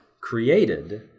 created—